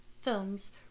films